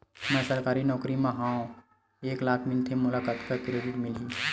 मैं सरकारी नौकरी मा हाव एक लाख मिलथे मोला कतका के क्रेडिट मिलही?